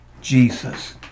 Jesus